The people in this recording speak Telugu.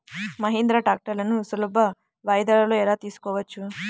మహీంద్రా ట్రాక్టర్లను సులభ వాయిదాలలో ఎలా తీసుకోవచ్చు?